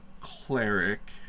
cleric